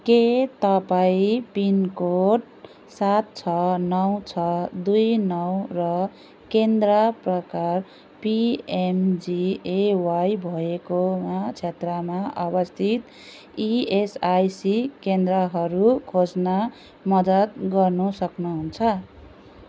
के तपाईँँ पिनकोड सात छ नौ छ दुई नौ र केन्द्र प्रकार पिएमजेएवाई भएको क्षेत्रमा अवस्थित इएसआइसी केन्द्रहरू खोज्न मद्दत गर्न सक्नुहुन्छ